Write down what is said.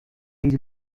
these